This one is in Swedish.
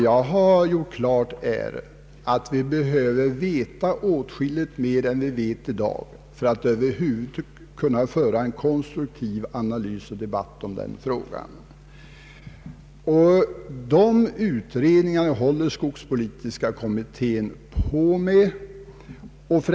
Jag har sagt att vi behöver veta åtskilligt mera än vi vet i dag för att över huvud taget kunna göra en konstruktiv analys och föra en debatt i denna fråga. Avsikten med den skogspolitiska utred ningen är att vi skall få ytterligare material i det avseendet.